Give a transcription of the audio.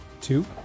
Two